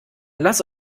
lass